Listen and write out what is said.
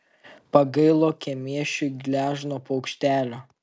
pagailo kemėšiui gležno paukštelio